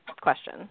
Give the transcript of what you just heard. question